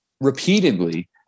repeatedly